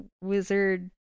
wizard